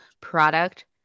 product